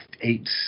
eight